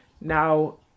Now